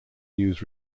news